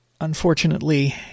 Unfortunately